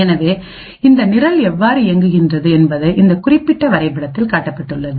எனவே இந்த நிரல் எவ்வாறு இயங்குகிறது என்பதை இந்த குறிப்பிட்ட வரைபடத்தில் காட்டப்பட்டுள்ளது